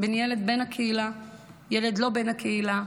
בין ילד בן הקהילה לילד לא בן הקהילה,